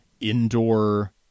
indoor